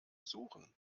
suchen